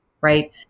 right